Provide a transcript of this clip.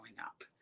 up